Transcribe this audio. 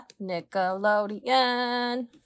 Nickelodeon